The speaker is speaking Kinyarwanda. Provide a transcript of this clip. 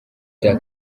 cya